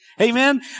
Amen